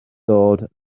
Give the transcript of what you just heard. dod